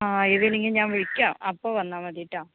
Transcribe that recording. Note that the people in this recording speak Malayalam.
ആ ആ ഈവനിങ് ഞാൻ വിളിക്കാം അപ്പൊ വന്നാൽ മതി കേട്ടോ